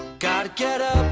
gotta get up.